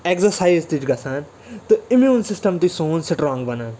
exercise تہِ چھِ گژھان تہٕ امیٛوٗن سِسٹَم تہِ چھِ سون سٹرٛانٛگ بنان